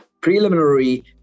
preliminary